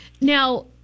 Now